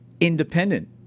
independent